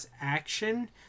action